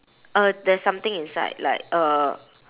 uh that's something inside like uh